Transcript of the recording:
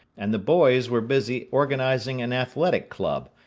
and the boys were busy organizing an athletic club,